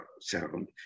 sound